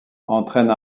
entraîne